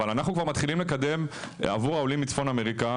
אבל אנחנו כבר מתחילים לקדם עבור העולים מצפון אמריקה,